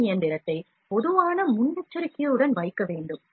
இந்த இயந்திரத்தை பொதுவான முன்னெச்சரிக்கையுடன் வைக்க வேண்டும்